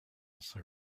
also